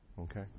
Okay